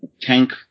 tank